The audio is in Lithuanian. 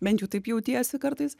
bent jau taip jautiesi kartais